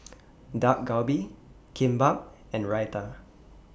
Dak Galbi Kimbap and Raita